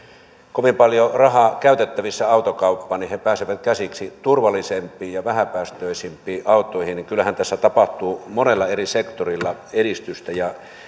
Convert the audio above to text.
kovin paljon rahaa käytettävissä autokauppaan pääsevät käsiksi turvallisempiin ja vähäpäästöisempiin autoihin kyllähän tässä tapahtuu monella eri sektorilla edistystä